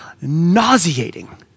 nauseating